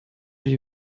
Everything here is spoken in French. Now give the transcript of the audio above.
j’ai